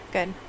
Good